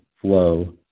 flow